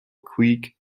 creek